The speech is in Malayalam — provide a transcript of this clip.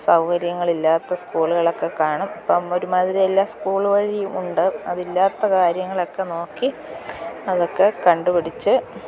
സൗകര്യങ്ങളില്ലാത്ത സ്കൂളുകളൊക്കെ കാണും ഇപ്പം ഒരുമാതിരി എല്ലാ സ്കൂൾ വഴിയും ഉണ്ട് അതില്ലാത്ത കാര്യങ്ങളൊക്കെ നോക്കി അതൊക്കെ കണ്ടുപിടിച്ച്